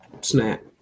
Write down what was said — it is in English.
snap